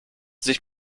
sich